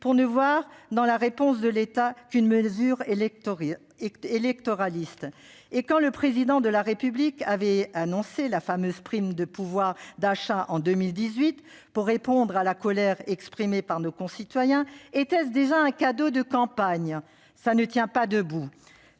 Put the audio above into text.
pour ne voir dans la réponse de l'État qu'une mesure électoraliste ? Et quand le Président de la République avait annoncé la fameuse prime exceptionnelle de pouvoir d'achat en 2018, pour répondre à la colère exprimée par nos concitoyens, était-ce déjà un cadeau de campagne ? Cela ne tient pas debout !